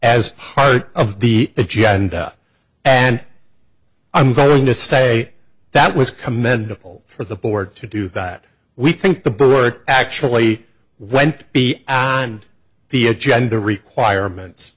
as part of the agenda and i'm going to say that was commendable for the board to do that we think the board actually went on the agenda requirements